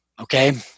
Okay